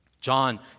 John